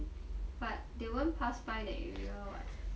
but they won't pass by the area [what]